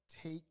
take